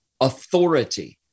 authority